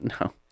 No